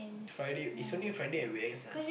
Friday it's only Friday and weekends ah